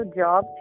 job